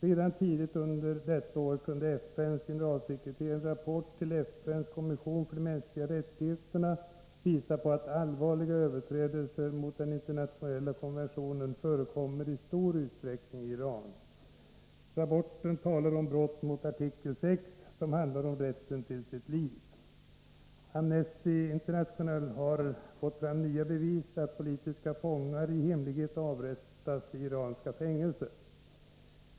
Redan tidigt under detta år kunde FN:s generalsekreterare i en rapport till FN:s kommission för de mänskliga rättigheterna visa på att allvarliga överträdelser mot den internationella konventionen i stor omfattning förekommer i Iran. Rapporten talar om brott mot artikel 6, som handlar om rätten till sitt liv. Amnesty International har fått fram nya bevis för att politiska fångar i hemlighet avrättats i iranska fängelser.